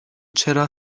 چرا